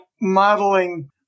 modeling